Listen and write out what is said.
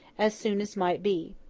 as soon as might be.